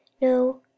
no